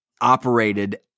operated